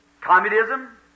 Communism